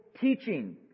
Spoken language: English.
teaching